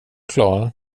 klar